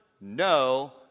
No